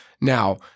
Now